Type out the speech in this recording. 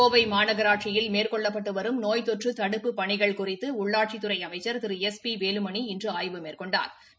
கோவை மாநகராட்சியில் மேற்கொள்ளப்பட்டு வரும் நோய் தொற்று தடுப்புப் பணிகள் குறித்து உள்ளாட்சித்துறை அமைச்சா் திரு எஸ் பி வேலுமணி இன்று ஆயுவு மேற்கொண்டாா்